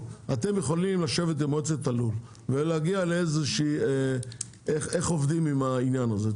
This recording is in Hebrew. אתם יכולים לשבת עם מועצת הלול ולהגיע להחלטה איך עובדים עם העניין הזה.